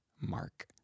mark